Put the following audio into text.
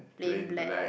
plain black